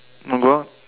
want go out